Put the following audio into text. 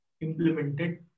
implemented